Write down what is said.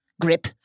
grip